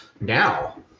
now